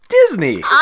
disney